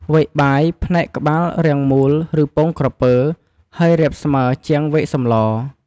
វែកបាយ ផ្នែកក្បាលរាងមូល ឬពងក្រពើ ហើយរាបស្មើជាងវែកសម្ល។